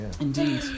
Indeed